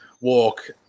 walk